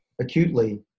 acutely